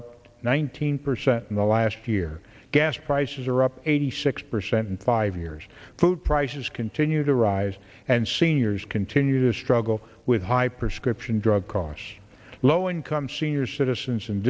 thousand percent in the last year gas prices are up eighty six percent in five years food prices continue to rise and seniors continue to struggle with high prescription drug costs low income senior citizens and